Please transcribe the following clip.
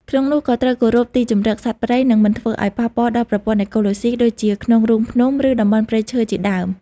ក្នុងនោះ ក៏ត្រូវគោរពទីជម្រកសត្វព្រៃ និងមិនធ្វើឱ្យប៉ះពាល់ដល់ប្រព័ន្ធអេកូឡូស៊ីដូចជាក្នុងរូងភ្នំ ឬតំបន់ព្រៃឈើជាដើម។